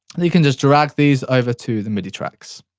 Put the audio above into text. and you can just drag these over to the midi tracks.